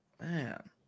Man